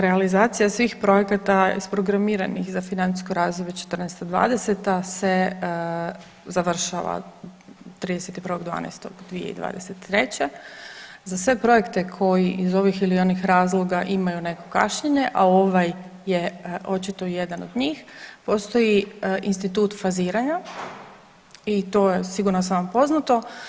Realizacija svih projekata isprogramiranih za financijsko razdoblje '14.-'20. se završava 31.12.2023., za sve projekte koji iz ovih ili onih razloga imaju neko kašnjenje, a ovaj je očito jedan od njih postoji institut faziranja i to je sigurna sam vam poznato.